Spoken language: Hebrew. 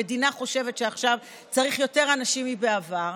המדינה חושבת שעכשיו צריך יותר אנשים מבעבר,